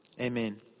amen